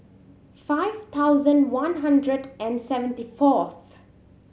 five thousand one hundred and seventy fourth